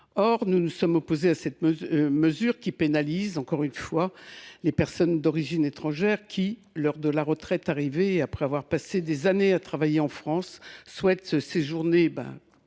Nous nous sommes opposés à cette mesure, car elle pénalise, encore une fois, les personnes d’origine étrangère qui, l’heure de la retraite arrivée, après avoir passé des années à travailler en France, souhaitent séjourner